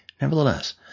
Nevertheless